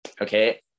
okay